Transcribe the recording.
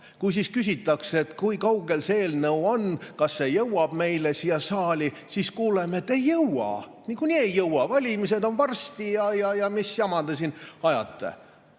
Kui siis küsitakse, kui kaugel see eelnõu on, kas see jõuab meile siia saali, siis kuuleme, et ei jõua. Niikuinii ei jõua, varsti on valimised ja mis jama te siin ajate.